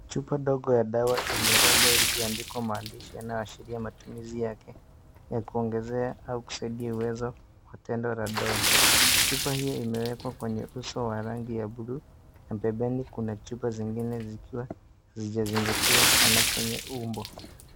Chupa ndogo ya dawa yenye nembo ilioandikwa maandishi yanayoashiria matumizi yake, ya kuongezea au kusaidia uwezo wa tendo la ndoa, chupa hio imewekwa kwenye uso wa rangi ya bluu na pembeni kuna chupa zingine zikiwa hazijazingatiwa sana kwenye umbo.